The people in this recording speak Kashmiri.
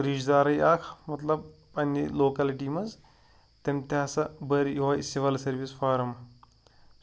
رِشتہٕ دارٕے اَکھ مطلب پَنٛنہِ لوکلٹی منٛز تٔمۍ تہِ ہَسا بٔرۍ یِہوٚے سِوَل سٔروِس فارَم